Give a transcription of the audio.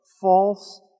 false